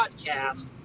Podcast